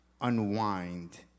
unwind